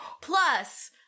Plus